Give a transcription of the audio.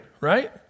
right